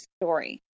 Story